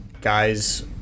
guys